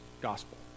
gospel